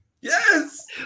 Yes